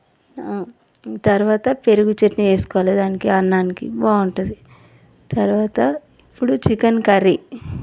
తరువాత పెరుగు చట్నీ వేసుకోవాలి దానికి అన్నానికి బాగుంటుంది తరువాత ఇప్పుడు చికెన్ కర్రీ